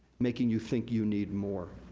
making you think you need more.